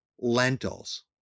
lentils